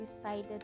decided